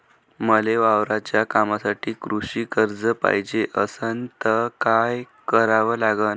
मले वावराच्या कामासाठी कृषी कर्ज पायजे असनं त काय कराव लागन?